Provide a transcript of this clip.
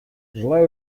желаю